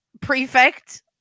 prefect